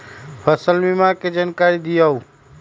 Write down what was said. फसल बीमा के जानकारी दिअऊ?